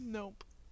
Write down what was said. Nope